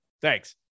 thanks